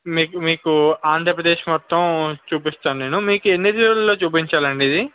మీకు మీకు ఆంధ్రప్రదేశ్ మొత్తం చూపిస్తాను నేను మీకు ఎన్ని రోజులలో చూపించాలి అండి ఇది